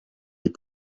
des